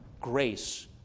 grace